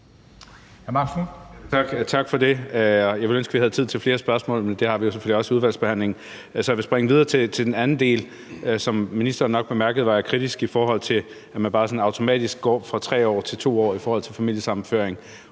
Tak for det. Jeg ville ønske, at vi havde tid til flere spørgsmål, og det har vi selvfølgelig også i udvalgsbehandlingen. Men jeg vil springe videre til den anden del. Som ministeren nok bemærkede, var jeg kritisk, i forhold til at man bare sådan automatisk går fra 3 år til 2 år i forhold til familiesammenføring